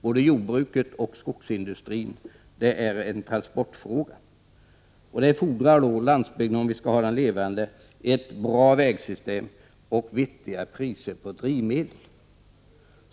Både jordbruket och skogsindustrin är en transportfråga. Om vi skall hålla landsbygden levande fordras ett bra vägsystem och vettiga priser på drivmedel.